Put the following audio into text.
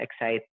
excite